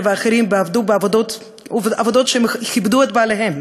ואחרים ועבדו בעבודות שכיבדו את בעליהן,